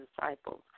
disciples